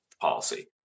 policy